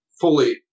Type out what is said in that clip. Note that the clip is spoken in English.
fully